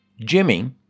Jimmy